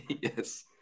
yes